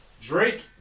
Drake